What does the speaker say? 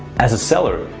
as a seller,